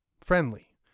friendly